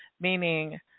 meaning